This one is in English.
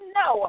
no